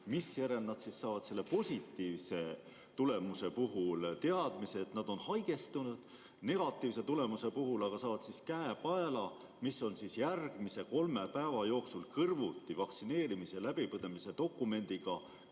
misjärel nad saavad positiivse tulemuse puhul teadmise, et nad on haigestunud, ja negatiivse tulemuse puhul saavad käepaela, mis on järgmise kolme päeva jooksul kõrvuti vaktsineerimise või läbipõdemise dokumendiga